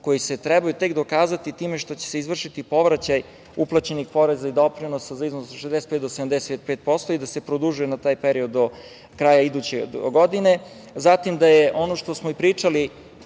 koji se trebaju tek dokazati time što će se izvršiti povraćaj uplaćenih poreza i doprinosa za iznos od 65 do 75% i da se produžuje na taj period do kraja iduće godine. Zatim, da je ono što smo i pričali